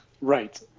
right